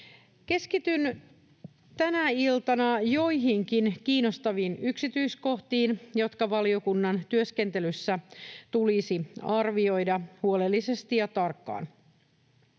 Keskityn tänä iltana joihinkin kiinnostaviin yksityiskohtiin, jotka valiokunnan työskentelyssä tulisi arvioida huolellisesti ja tarkkaan.